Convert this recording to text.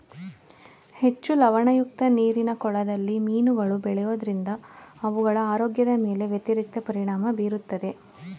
ಹೆಚ್ಚು ಲವಣಯುಕ್ತ ನೀರಿನ ಕೊಳದಲ್ಲಿ ಮೀನುಗಳು ಬೆಳೆಯೋದರಿಂದ ಅವುಗಳ ಆರೋಗ್ಯದ ಮೇಲೆ ವ್ಯತಿರಿಕ್ತ ಪರಿಣಾಮ ಬೀರುತ್ತದೆ